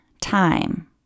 time